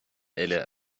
uile